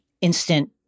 instant